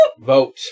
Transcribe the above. Vote